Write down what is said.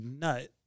nut